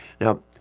Now